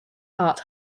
heart